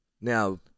now